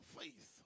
faith